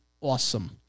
awesome